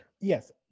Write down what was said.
Yes